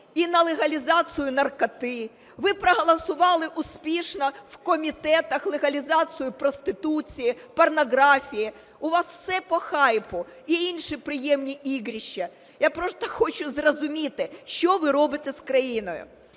і на легалізацію наркоти, ви проголосували успішно в комітетах легалізацію проституції, порнографії, у вас все по хайпу, і інші приємні ігрища. Я просто хочу зрозуміти, що ви робите з країною.